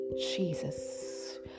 Jesus